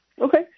Okay